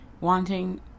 wanting